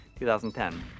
2010